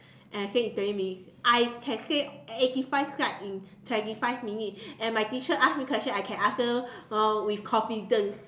and I said in twenty minutes I can say eighty five slide in twenty five minutes and my teacher ask me question I can answer her with confidence